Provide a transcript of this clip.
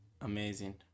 amazing